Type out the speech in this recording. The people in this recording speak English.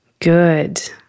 Good